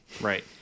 right